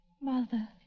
Mother